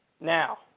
Now